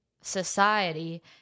society